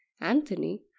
anthony